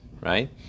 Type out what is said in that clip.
right